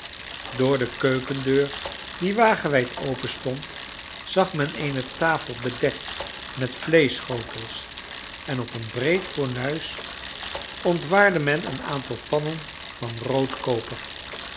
door de keukendeur die wagenwijd openstond zag men eene tafel bedekt met vleeschschotels en op een breed fornuis ontwaarde men een aantal pannen van